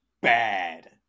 bad